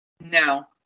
No